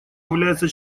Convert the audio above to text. является